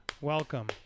Welcome